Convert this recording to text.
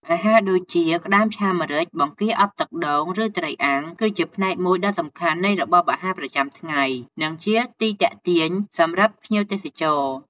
អាហារដូចជា ក្ដាមឆាម្រេច បង្គាអប់ទឹកដូង ឬ ត្រីអាំង គឺជាផ្នែកមួយដ៏សំខាន់នៃរបបអាហារប្រចាំថ្ងៃ និងជាទីទាក់ទាញសម្រាប់ភ្ញៀវទេសចរ។